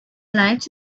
lights